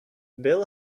bill